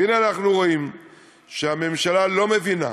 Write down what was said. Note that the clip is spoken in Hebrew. והנה, אנחנו רואים שהממשלה לא מבינה.